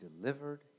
delivered